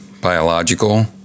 Biological